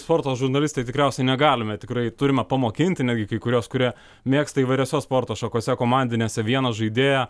sporto žurnalistai tikriausiai negalime tikrai turime pamokinti netgi kai kuriuos kurie mėgsta įvairiose sporto šakose komandinėse vieną žaidėją